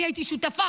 אני הייתי שותפה,